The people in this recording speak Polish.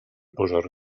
pożarł